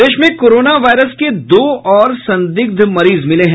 प्रदेश में corona virus के दो और संदिग्ध मरीज मिले हैं